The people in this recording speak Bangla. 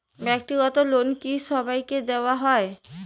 ব্যাক্তিগত লোন কি সবাইকে দেওয়া হয়?